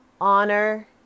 honor